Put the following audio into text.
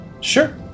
Sure